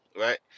Right